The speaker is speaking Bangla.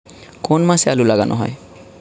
কোন মাসে আলু লাগানো হয়?